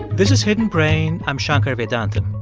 this is hidden brain. i'm shankar vedantam.